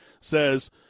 says